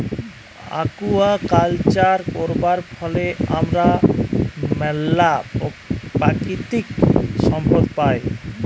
aquaculture করবার ফলে হামরা ম্যালা প্রাকৃতিক সম্পদ পাই